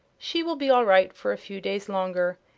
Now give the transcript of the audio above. she will be all right for a few days longer,